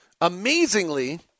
Amazingly